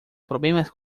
problemas